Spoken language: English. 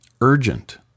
urgent